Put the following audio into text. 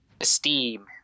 Esteem